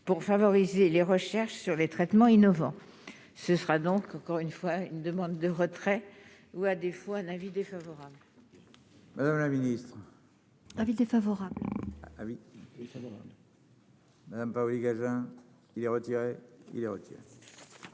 pour favoriser les recherches sur les traitements innovants. Ce sera donc encore une fois, une demande de retrait ou à des fois un avis défavorable. La ministre. Avis défavorable ah oui. Et ça. Madame Paoli, il est retiré, ils retiennent